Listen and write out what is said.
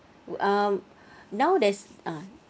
um now there's ah